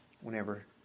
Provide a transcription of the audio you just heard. Whenever